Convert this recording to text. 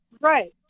Right